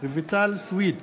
רויטל סויד,